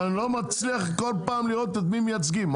אבל אני לא מצליח כל פעם לראות את מי הם מייצגים.